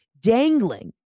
dangling